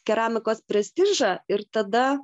keramikos prestižą ir tada